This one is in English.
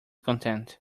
content